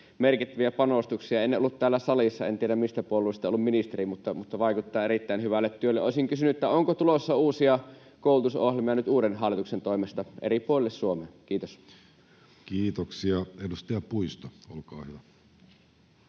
merkittäviä panostuksia. En ollut täällä salissa, en tiedä, mistä puolueesta on ollut ministeri, mutta vaikuttaa erittäin hyvälle työlle. Olisin kysynyt: onko tulossa uusia koulutusohjelmia nyt uuden hallituksen toimesta eri puolille Suomea? — Kiitos. Kiitoksia. — Edustaja Puisto, olkaa hyvä.